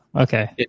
okay